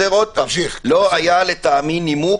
אני חוזר - לא היה לטעמי נימוק,